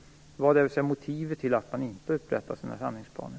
Vad är motivet till att man inte upprättar sådana här handlingsplaner?